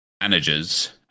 managers